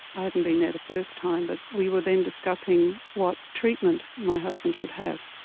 i hadn't been there the first time but we were then discussing what treatment my husband should have.